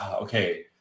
okay